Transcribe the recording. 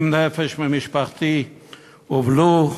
70 נפש ממשפחתי הובלו,